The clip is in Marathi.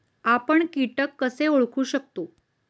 आपण कीटक कसे ओळखू शकतो?